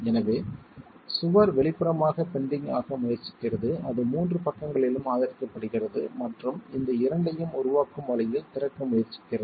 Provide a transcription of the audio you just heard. எனவே சுவர் வெளிப்புறமாக பெண்டிங் ஆக முயற்சிக்கிறது அது 3 பக்கங்களிலும் ஆதரிக்கப்படுகிறது மற்றும் இந்த இரண்டையும் உருவாக்கும் வழியில் திறக்க முயற்சிக்கிறது